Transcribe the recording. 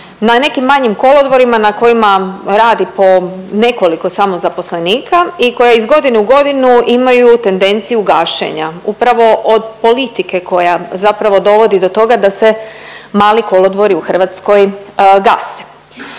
na nekim manjim kolodvorima na kojima radi po nekoliko samo zaposlenika i koje iz godine u godinu imaju tendenciju gašenja upravo od politike koja zapravo dovodi do toga da se mali kolodvori u Hrvatskoj gase.